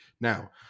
Now